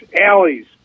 alleys